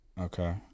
Okay